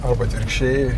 arba atvirkščiai